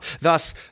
Thus